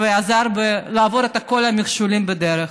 ועזר לעבור את כל המכשולים בדרך.